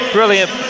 Brilliant